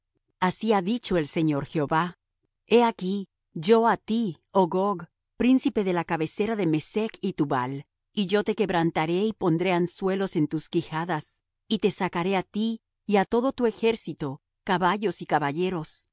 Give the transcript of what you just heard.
así ha dicho el señor jehová he aquí yo á ti oh gog príncipe de la cabecera de mesech y tubal y yo te quebrantaré y pondré anzuelos en tus quijadas y te sacaré á ti y á todo tu ejército caballos y caballeros